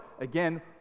Again